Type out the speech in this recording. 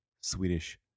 Swedish